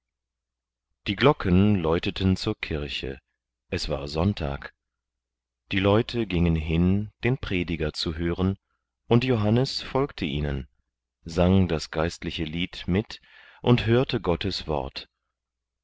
die glocken läuteten zur kirche es war sonntag die leute gingen hin den prediger zu hören und johannes folgte ihnen sang das geistliche lied mit und hörte gottes wort